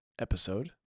episode